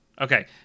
Okay